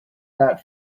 that